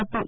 ಮತ್ತು ಎ